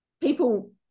people